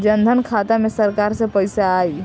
जनधन खाता मे सरकार से पैसा आई?